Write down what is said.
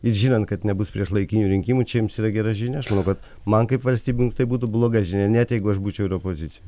ir žinant kad nebus priešlaikinių rinkimų čia jums yra gera žinia aš manau kad man kaip valstybiunk tai būtų bloga žinia net jeigu aš būčiau ir opozicijo